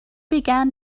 began